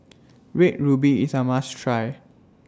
Red Ruby IS A must Try